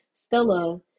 stella